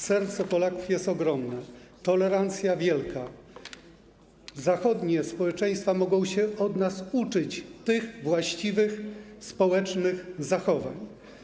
Serce Polaków jest ogromne, tolerancja wielka, zachodnie społeczeństwa mogą się od nas uczyć tych właściwych społecznych zachowań.